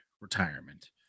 retirement